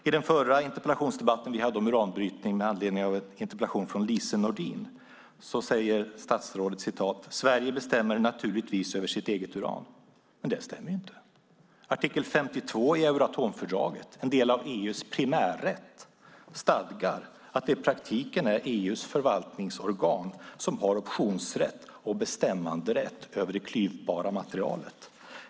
I den förra debatten vi hade om uranbrytning med anledning av en interpellation från Lise Nordin säger statsrådet: "Sverige bestämmer naturligtvis över sitt eget uran." Men det stämmer inte. Artikel 52 i Euroatomfördraget, en del av EU:s primärrätt, stadgar att det i praktiken är EU:s förvaltningsorgan som har optionsrätt och bestämmanderätt över det klyvbara materialet.